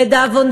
לצערי,